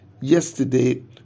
yesterday